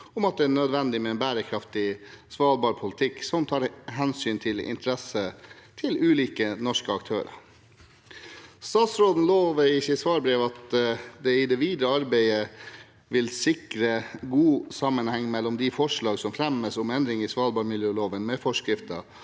om at det er nødvendig med en bærekraftig svalbardpolitikk som tar hensyn til ulike norske aktørers interesser. Statsråden lover i sitt svarbrev at det i det videre arbeidet vil sikres god sammenheng mellom de forslagene som fremmes om endringer i svalbardmiljøloven med forskrifter,